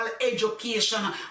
education